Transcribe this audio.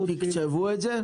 תקצבו את זה?